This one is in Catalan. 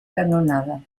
canonada